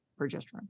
progesterone